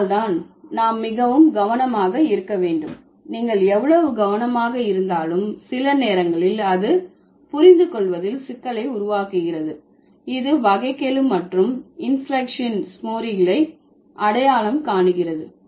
அதனால் தான் நாம் மிகவும் கவனமாக இருக்க வேண்டும் நீங்கள் எவ்வளவு கவனமாக இருந்தாலும் சில நேரங்களில் அது புரிந்து கொள்வதில் சிக்கலை உருவாக்குகிறது இது வகைக்கெழு மற்றும் இன்ஃப்ளேக்சன் ஸ்மோரிகளை அடையாளம் காணுகிறது